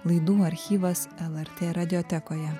laidų archyvas lrt radiotekoje